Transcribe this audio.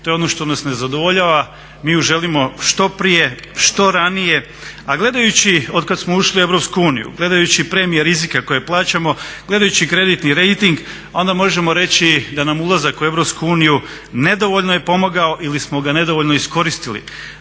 to je ono što nas ne zadovoljava, mi ju želimo što prije, što ranije. A gledajući otkako smo ušli u Europsku uniju, gledajući premije rizika koje plaćamo, gledajući kreditni reiting, onda možemo reći da nam ulazak u Europsku uniju nedovoljno je pomogao ili smo ga nedovoljno iskoristili.